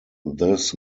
this